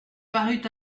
parut